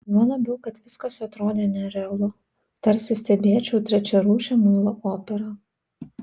juo labiau kad viskas atrodė nerealu tarsi stebėčiau trečiarūšę muilo operą